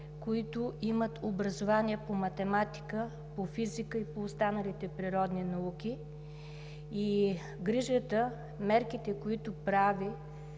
които имат образование по математика, по физика и по останалите природни науки. Грижата, мерките, които правят